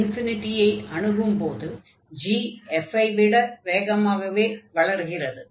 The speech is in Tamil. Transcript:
x ஐ அணுகும்போது g f ஐ விட வேகமாக வளர்கிறது